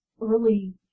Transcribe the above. early